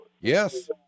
Yes